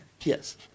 Yes